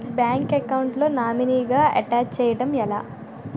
Bank account లో నామినీగా attach చేయడం ఎలా?